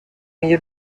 milieu